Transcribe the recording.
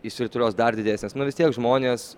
išsirutulios dar didesnės nu vis tiek žmonės